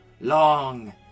long